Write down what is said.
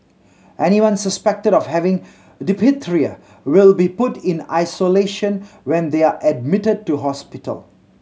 anyone suspected of having diphtheria will be put in isolation when they are admitted to hospital